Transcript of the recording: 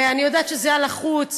ואני יודעת שזה היה לחוץ,